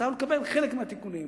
הצלחנו לקבל חלק מהתיקונים,